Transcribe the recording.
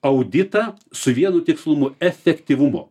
auditą su vienu tikslumu efektyvumo